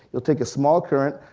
you'll take a small current,